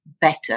Better